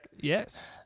yes